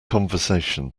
conversation